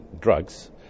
drugs